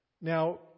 Now